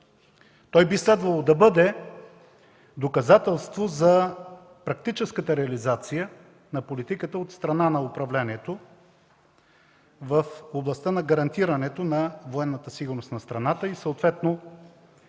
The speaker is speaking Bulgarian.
Той би следвало да бъде доказателство за практическата реализация от страна на управлението в областта на гарантирането на военната сигурност на страната, съответно